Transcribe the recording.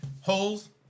Holes